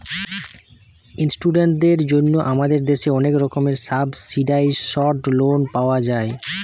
ইস্টুডেন্টদের জন্যে আমাদের দেশে অনেক রকমের সাবসিডাইসড লোন পাওয়া যায়